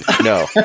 No